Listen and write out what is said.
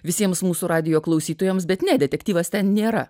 visiems mūsų radijo klausytojams bet ne detektyvas ten nėra